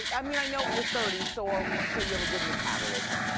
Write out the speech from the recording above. i mean, i know you're thirty so you so you have a good metabolism.